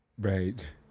Right